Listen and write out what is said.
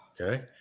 Okay